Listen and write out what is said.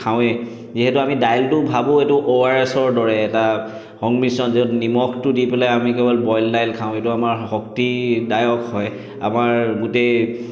খাওঁৱেই যিহেতু আমি দাইলটো ভাবোঁ এইটো অ' আৰ এছৰ দৰে এটা সংমিশ্ৰন যিহেতু নিমখটো দি পেলাই আমি কেৱল বইল দাইল খাওঁ এইটো আমাৰ শক্তিদায়ক হয় আমাৰ গোটেই